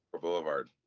Boulevard